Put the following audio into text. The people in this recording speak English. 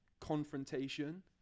confrontation